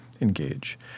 engage